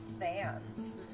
fans